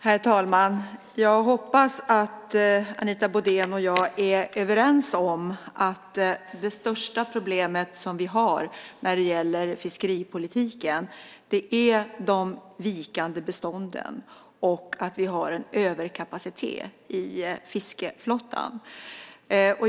Herr talman! Jag hoppas att Anita Brodén och jag är överens om att det största problem som vi har när det gäller fiskeripolitiken är de vikande bestånden och en överkapacitet i fiskeflottan.